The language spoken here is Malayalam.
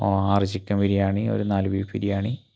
ആർ ചിക്കൻ ബിരിയാണി ഒരു നാല് ബീഫ് ബിരിയാണി